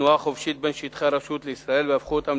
תנועה חופשית בין שטחי הרשות לישראל והפכו אותם